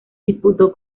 disputó